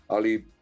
Ali